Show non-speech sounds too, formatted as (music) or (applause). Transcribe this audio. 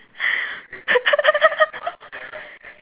(laughs)